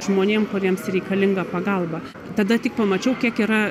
žmonėm kuriems reikalinga pagalba tada tik pamačiau kiek yra